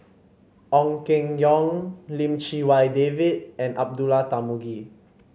Ong Keng Yong Lim Chee Wai David and Abdullah Tarmugi